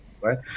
right